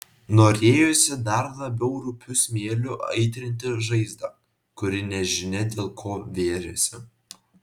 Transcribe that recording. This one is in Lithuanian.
norėjosi dar labiau rupiu smėliu aitrinti žaizdą kuri nežinia dėl ko vėrėsi